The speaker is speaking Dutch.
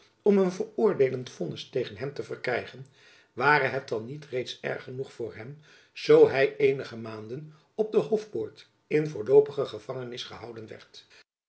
om een veroordeelend vonnis tegen hem te verkrijgen ware het dan niet reeds erg genoeg voor hem zoo hy eenige maanden op de hofpoort in voorloopige gevangenis gehouden werd